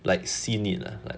like seen it lah like